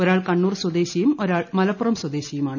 ഒരാൾ കണ്ണൂർ സ്വദേശിയും ഒരാൾ മലപ്പുറം സ്വദേശിയുമാണ്